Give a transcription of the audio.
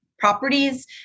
Properties